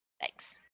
thanks